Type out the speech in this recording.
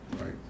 Right